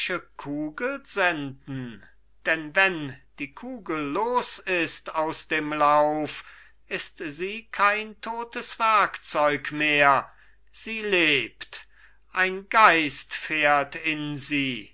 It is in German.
kugel senden denn wenn die kugel los ist aus dem lauf ist sie kein totes werkzeug mehr sie lebt ein geist fährt in sie